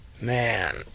Man